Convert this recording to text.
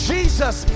Jesus